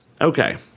Okay